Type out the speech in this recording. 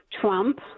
Trump